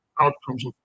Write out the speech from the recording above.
outcomes